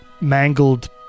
mangled